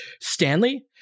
Stanley